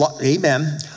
Amen